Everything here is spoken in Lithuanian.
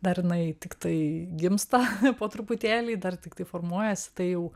dar jinai tiktai gimsta po truputėlį dar tiktai formuojasi tai jau